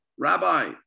Rabbi